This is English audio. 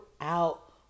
out